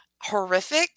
horrific